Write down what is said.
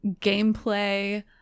gameplay